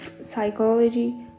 psychology